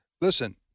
Listen